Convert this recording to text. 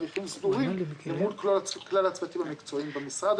הליכים סדורים למרות כלל הצוותים המקצועיים במשרד.